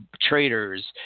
traders